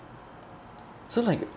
so like